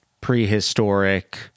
prehistoric